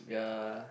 ya